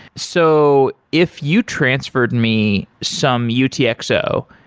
so if you transferred me some utxo,